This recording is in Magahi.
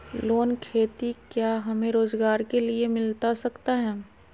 लोन खेती क्या हमें रोजगार के लिए मिलता सकता है?